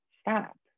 Stop